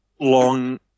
long